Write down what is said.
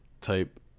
type